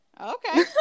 Okay